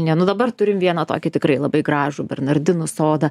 ne nu dabar turim vieną tokį tikrai labai gražų bernardinų sodą